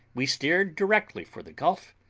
we steered directly for the gulf,